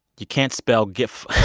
you can't spell gif